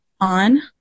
On